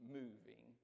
moving